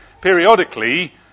periodically